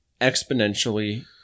exponentially